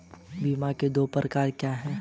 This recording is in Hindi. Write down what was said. बीमा के दो प्रकार क्या हैं?